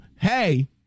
hey